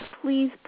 Please